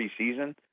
preseason